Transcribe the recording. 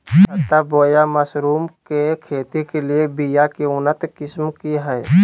छत्ता बोया मशरूम के खेती के लिए बिया के उन्नत किस्म की हैं?